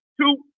Two